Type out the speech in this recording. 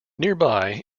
nearby